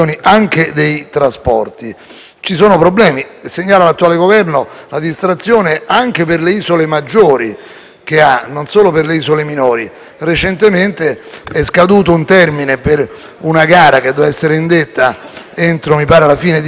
Ci sono problemi e segnalo all'attuale Governo la sua distrazione anche per le isole maggiori, non solo per le isole minori. Recentemente è scaduto il termine per una gara, che doveva essere indetta entro la fine di settembre (così mi